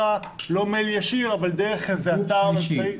במייל ישיר אבל דרך איזה אתר --- גוף שלישי.